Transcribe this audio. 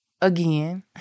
again